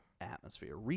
atmosphere